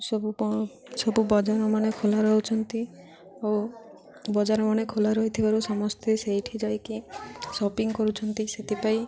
ସବୁ ସବୁ ବଜାରମାନେ ଖୋଲା ରହୁଛନ୍ତି ଆଉ ବଜାରମାନେ ଖୋଲା ରହିଥିବାରୁ ସମସ୍ତେ ସେଇଠି ଯାଇକି ସପିଂ କରୁଛନ୍ତି ସେଥିପାଇଁ